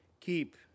Keep